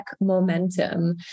momentum